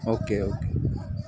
okay okay